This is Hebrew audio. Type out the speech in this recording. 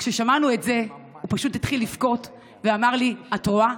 כששמענו את זה הוא פשוט התחיל לבכות ואמר לי: את רואה?